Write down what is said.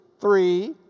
three